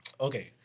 Okay